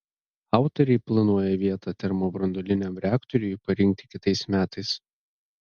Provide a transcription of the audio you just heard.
autoriai planuoja vietą termobranduoliniam reaktoriui parinkti kitais metais